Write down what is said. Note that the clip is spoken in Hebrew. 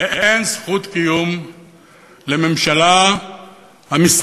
שאין זכות קיום לממשלה המסתתרת